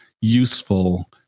useful